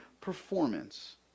performance